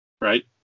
Right